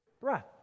Breath